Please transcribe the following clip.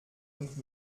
und